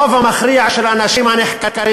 הרוב המכריע של האנשים הנחקרים